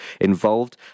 involved